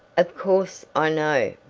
of course i know,